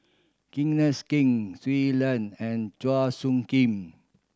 Kenneth Keng Shui Lan and Chua Soo Khim